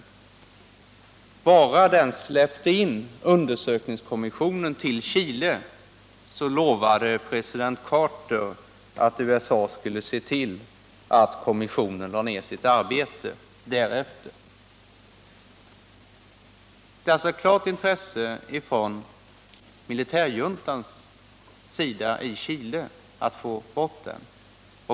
President Carter lovade att bara man släppte in undersökningskommissionen i Chile skulle USA se till att kommissionen därefter lade ned sitt arbete. Det är alltså ett klart intresse från militärjuntan i Chile att få bort den.